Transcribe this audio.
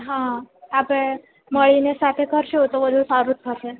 હાં આપણે મળીને સાથે કરશું તો બધુ સારું જ થશે